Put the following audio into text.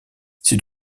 c’est